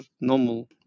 normal